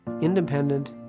Independent